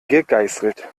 gegeißelt